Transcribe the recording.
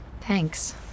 Thanks